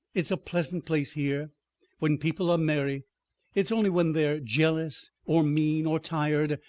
it's a pleasant place here when people are merry it's only when they're jealous, or mean, or tired,